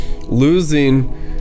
losing